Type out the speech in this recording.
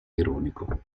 ironico